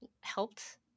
helped